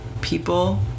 people